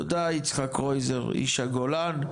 תודה יצחק קרויזר איש הגולן,